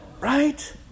Right